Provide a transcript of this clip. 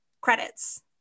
credits